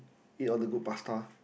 eat all the good pasta